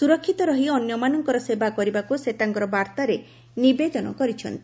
ସୁରକ୍ଷିତ ରହି ଅନ୍ୟମାନଙ୍କର ସେବା କରିବାକୁ ସେ ତାଙ୍କର ବାର୍ତ୍ତାରେ ନିବେଦନ କରିଛନ୍ତି